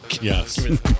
Yes